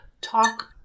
talk